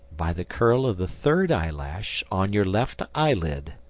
by the curl of the third eyelash on your left eyelid.